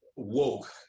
woke